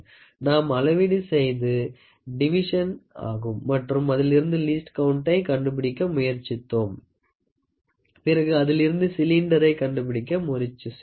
நாம் அளவீடு செய்தது டிவிஷன் ஆகும் மற்றும் அதிலிருந்து லீஸ்ட் கவுண்ட்டை கண்டுபிடிக்க முயற்சி செய்தோம் பிறகு அதிலிருந்து சிலிண்டரை கண்டுபிடிக்க முயற்சி செய்தோம்